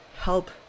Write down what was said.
help